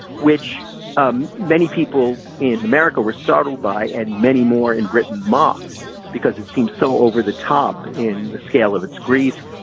which um many people in america were startled by, and many more in britain mocked because it seemed so over the top in the scale of its grief.